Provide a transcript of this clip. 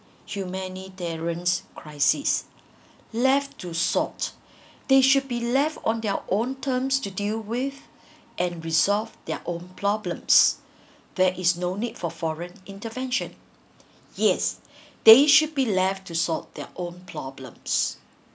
humanitarians crisis left to sort they should be left on their own terms to deal with and resolve their own problems there is no need for foreign intervention yes they should be left to sort their own problems